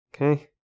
Okay